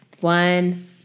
one